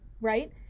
right